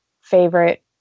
favorite